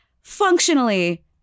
functionally